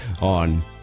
on